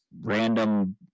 random